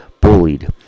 bullied